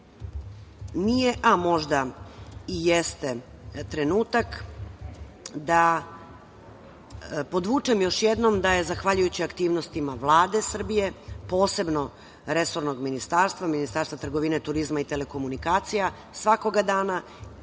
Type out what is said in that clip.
nije, a možda i jeste trenutak da podvučem još jednom da je zahvaljujući aktivnostima Vlade Srbije, posebno resornog ministarstva, Ministarstva trgovine, turizma i telekomunikacija, svakoga dana